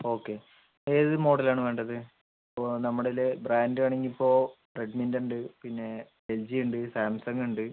okay ഏത് model ആണ് വേണ്ടത് ഇപ്പോൾ നമ്മടേല് ബ്രാൻഡ് വേണമെങ്കിൽ ഇപ്പം റെഡ്മീൻ്റ ഉണ്ട് പിന്നെ എൽ ജി ഉണ്ട് സാംസംഗ് ഉണ്ട്